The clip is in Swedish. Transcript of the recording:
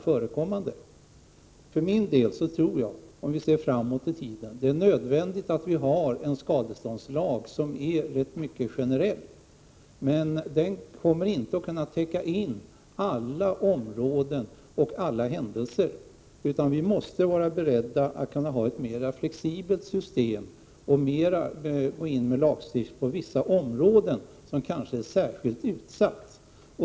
Ser man framåt tror jag för min del att det är nödvändigt att vi har en skadeståndslag som är mycket generell, men den kommer inte att kunna täcka in alla områden och alla händelser. Vi måste vara beredda att ha ett mera flexibelt system och gå in med lagstiftning på vissa områden som kanske är särskilt utsatta.